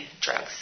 drugs